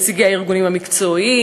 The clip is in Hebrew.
נציגי הארגונים המקצועיים,